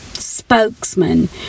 Spokesman